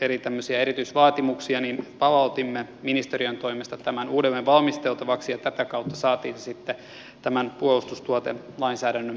eli tämmöisiä erityisvaatimuksia niin palautimme ministeriön toimesta tämän uudelleen valmisteltavaksi ja tätä kautta saatiin se sitten tämän puolustustuotelainsäädännön puitteisiin